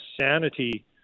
sanity